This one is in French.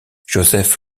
joseph